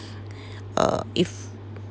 uh if